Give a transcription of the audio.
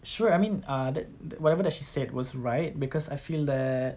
sure I mean uh that th~ whatever that she said was right because I feel that